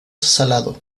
salado